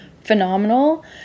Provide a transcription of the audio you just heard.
phenomenal